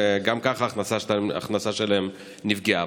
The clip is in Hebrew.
וגם ככה ההכנסה שלהם נפגעה.